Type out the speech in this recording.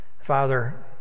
Father